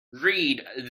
read